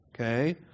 okay